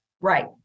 Right